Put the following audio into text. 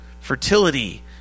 fertility